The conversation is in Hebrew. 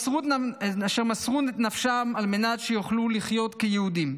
אשר מסרו את נפשם על מנת שיוכלו לחיות כיהודים.